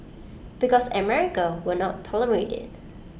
because America will not tolerate IT